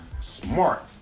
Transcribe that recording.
smart